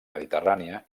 mediterrània